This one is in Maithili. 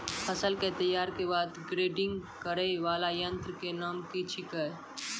फसल के तैयारी के बाद ग्रेडिंग करै वाला यंत्र के नाम की छेकै?